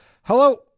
Hello